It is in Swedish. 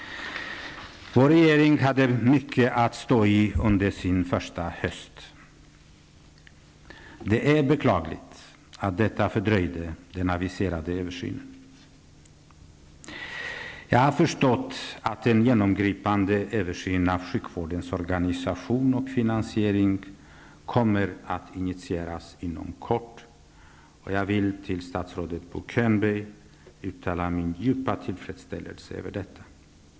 Vår regering hade mycket att stå i under sin första höst. Det är beklagligt att detta fördröjde den aviserade översynen. Jag har förstått att en genomgripande översyn av sjukvårdens organisation och finansiering kommer att initieras inom kort, och jag vill till statsrådet Bo Könberg uttala min djupa tillfredsställelse över detta.